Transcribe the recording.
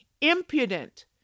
impudent